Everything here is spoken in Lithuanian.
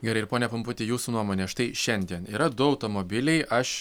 gerai ir pone pumputi jūsų nuomone štai šiandien yra du automobiliai aš